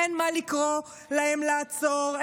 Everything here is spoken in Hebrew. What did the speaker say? אין מה לקרוא להם לעצור,